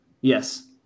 Yes